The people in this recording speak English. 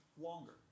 longer